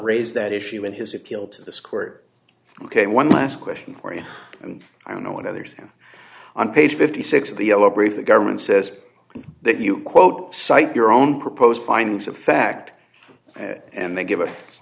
raise that issue in his appeal to this court ok one last question for you and i don't know what others on page fifty six of the yellow brave the government says that you quote cite your own proposed findings of fact and they give